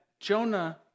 Jonah